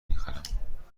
میخرم